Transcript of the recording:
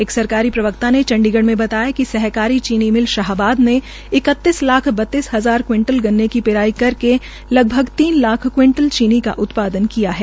एक सरकारी प्रवक्ता ने चंडीगढ़ में बताया कि सहकारी चीनी मिल शाहबाद ने इकतीस लाख बतीस हजार क्विंटल गन्ने की पिराई करके लगभग तीन लाख क्विंटल चीनी का उत्पादन किया है